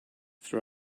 throw